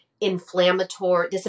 inflammatory